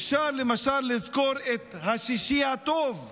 אפשר, למשל, לזכור את יום שישי הטוב באירלנד,